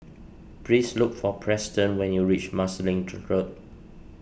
please look for Preston when you reach Marsiling Road